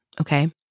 okay